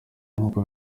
nk’uko